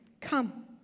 Come